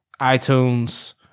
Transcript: iTunes